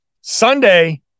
Sunday